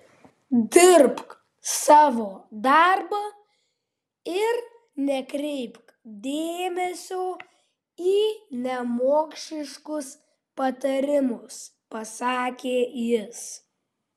dirbk savo darbą ir nekreipk dėmesio į nemokšiškus patarimus pasakė jis